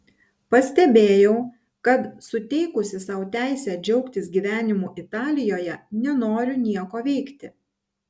pastebėjau kad suteikusi sau teisę džiaugtis gyvenimu italijoje nenoriu nieko veikti